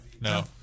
No